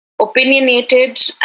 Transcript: opinionated